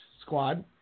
Squad